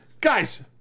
guys